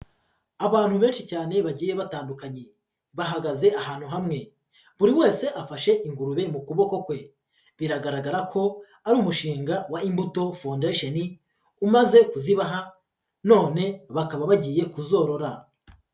Abantu benshi cyane bagiye batandukanye. Bahagaze ahantu hamwe. Buri wese afashe ingurube mu kuboko kwe. Biragaragara ko ari umushinga wa imbuto foundation umaze kuzibaha, none bakaba bagiye kuzorora.